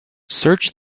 search